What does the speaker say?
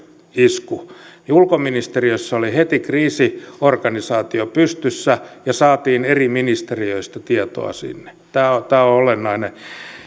isku ulkoministeriössä oli heti kriisiorganisaatio pystyssä ja saatiin eri ministeriöistä tietoa sinne tämä on olennaista